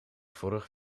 vorig